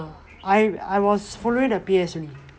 I I was following the P_S only